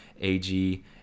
AG